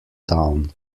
down